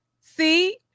See